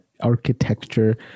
architecture